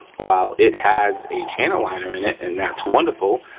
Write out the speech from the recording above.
while it has a channel liner in it and that's wonderful,